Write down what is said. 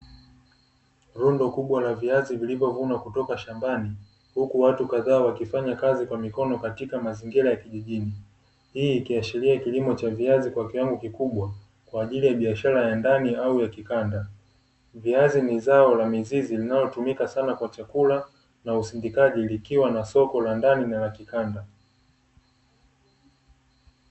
Rundo kubwa la viazi vilivyovunwa kutoka shambani, huku watu kadhaa wakifanya kazi kwa mikono katika mazingira ya kijijini, hii ikiashiria kilimo cha viazi kwa kiwango kikubwa kwa ajiri ya biashara ya ndani au ya kikanda. Viazi ni zao la mizizi linalotumika sana kwa chakula na usindikaji likiwa na soko la ndani na la kikanda.